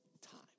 time